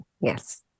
yes